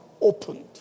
Opened